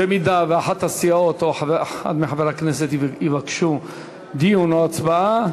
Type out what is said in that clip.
אם אחת הסיעות או אחד מחברי הכנסת יבקשו דיון או הצבעה,